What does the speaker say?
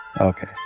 Okay